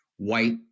White